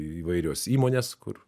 įvairios įmonės kur